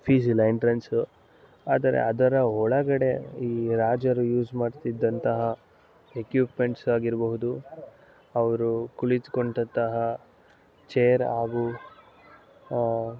ಫೀಸಿಲ್ಲ entrance ಆದರೆ ಅದರ ಒಳಗಡೆ ಈ ರಾಜರು ಯೂಸ್ ಮಾಡ್ತಿದ್ದಂತಹ ಎಕ್ಯುಪ್ಮೆಂಟ್ಸ್ ಆಗಿರ್ಬೋದು ಅವರು ಕುಳಿತುಕೊಂಡಂತಹ ಚೇರ್ ಹಾಗೂ